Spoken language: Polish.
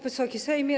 Wysoki Sejmie!